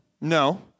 No